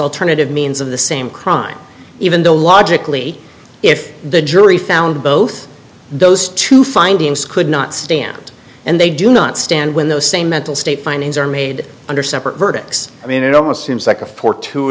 alternative means of the same crime even though logically if the jury found both those two findings could not stand and they do not stand when those same mental state findings are made under separate verdicts i mean it almost seems like